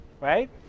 right